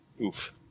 Oof